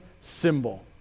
symbol